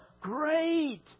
Great